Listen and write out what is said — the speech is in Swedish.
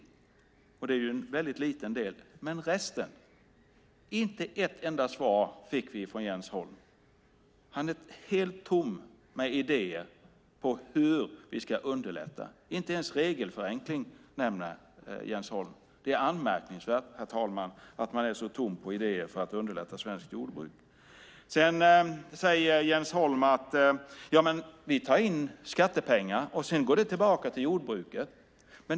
Det är ju en väldigt liten del, men resten? Inte ett enda svar fick vi från Jens Holm. Han är helt tom på idéer om hur vi ska underlätta. Inte ens regelförenkling nämner Jens Holm. Det är anmärkningsvärt, herr talman, att man är så tom på idéer för att underlätta svenskt jordbruk. Jens Holm säger: Vi tar in skattepengar som sedan går tillbaka till jordbruket.